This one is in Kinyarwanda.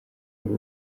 kuri